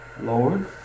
Lord